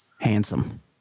Handsome